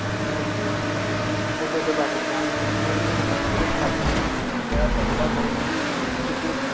उत्थें लेइये उनें गी भाई उंदे उंदे बारै जानने गी मिलदा और इदे कन्नै बहुत फायदा होंदा के जेह्ड़ा बच्चा होंदा ते उसी मतलब